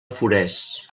forès